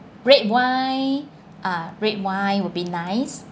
red wine ah red wine would be nice